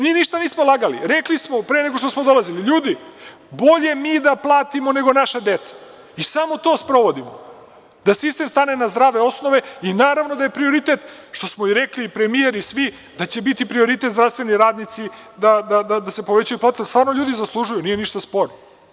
Mi ništa nismo lagali, rekli smo pre nego što smo dolazili – ljudi, bolje mi da platimo nego naša deca i samo to sprovodimo, da sistem stane na zdrave osnove i naravno da je prioritet, što smo i rekli, i premijer i svi, da će biti prioritet zdravstveni radnici da se povećaju plate, jer stvarno ljudi zaslužuju, nije ništa sporno.